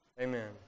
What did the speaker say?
Amen